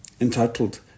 Entitled